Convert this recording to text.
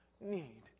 need